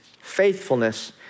faithfulness